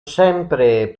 sempre